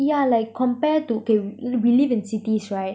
yeah like compare to okay we live in cities right